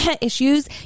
issues